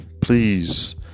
Please